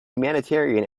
humanitarian